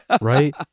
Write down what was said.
right